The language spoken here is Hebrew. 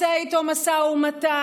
משלם לו, עושה איתו משא ומתן,